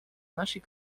нашей